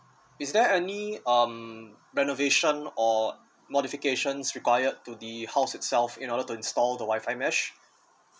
is there any um renovation or modifications required to the house itself in order to install the Wi-Fi mesh